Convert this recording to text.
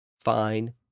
fine